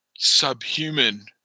subhuman